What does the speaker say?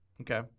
Okay